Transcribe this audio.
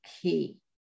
key